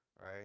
right